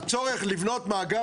הצורך לבנות מאגר,